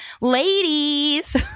Ladies